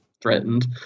threatened